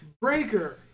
Breaker